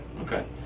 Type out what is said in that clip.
Okay